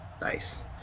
nice